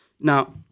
Now